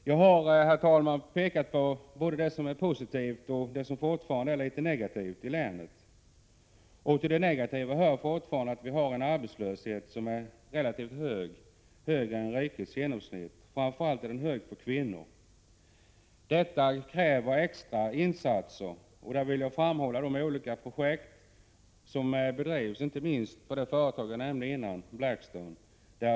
Jag har, herr talman, pekat på både det som är positivt och det som fortfarande är litet negativt i länet. Till det negativa hör att vi har en relativt hög arbetslöshet, högre än riksgenomsnittet, inte minst för kvinnor. Detta kräver extra insatser. Jag vill framhålla de olika projekt som bedrivs, bl.a. på Blackstone, som jag tidigare nämnde.